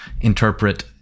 interpret